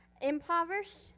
Impoverished